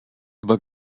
über